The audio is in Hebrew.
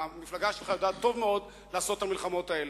המפלגה שלך יודעת טוב מאוד לעשות את המלחמות האלה.